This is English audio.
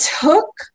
took